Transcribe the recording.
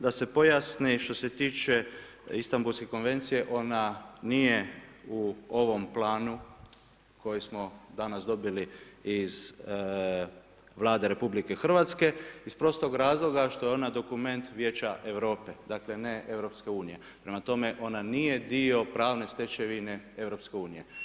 Da se pojasni što se tiče Istambulske konvencije ona nije u ovom planu koji smo danas dobili iz Vlade RH iz prostog razloga što je ona dokument Vijeća Europe, dakle ne EU prema tome ona nije pravni dio stečevine EU.